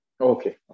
Okay